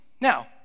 Now